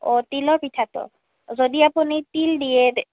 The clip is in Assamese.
অ' তিলৰ পিঠাটো যদি আপুনি তিল দিয়ে